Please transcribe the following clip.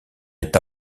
est